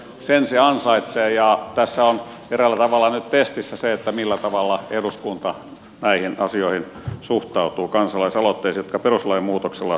sen se ansaitsee ja tässä on eräällä tavalla nyt testissä se millä tavalla eduskunta näihin asioihin suhtautuu kansalaisaloitteisiin jotka perustuslain muutoksella saatettiin voimaan